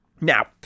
Now